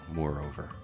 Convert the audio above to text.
moreover